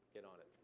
get on it.